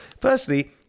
firstly